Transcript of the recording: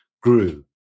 grew